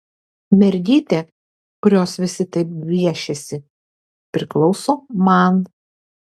mergytė kurios visi taip gviešiasi priklauso man